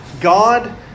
God